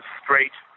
straight